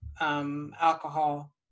Alcohol